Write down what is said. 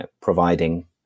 providing